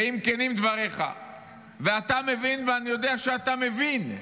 ואם כנים דבריך ואתה מבין, ואני יודע שאתה מבין,